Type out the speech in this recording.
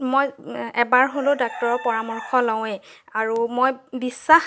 মই এবাৰ হ'লেও ডাক্টৰৰ পৰামৰ্শ লওঁয়ে আৰু মই বিশ্বাস